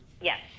Yes